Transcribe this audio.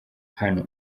hano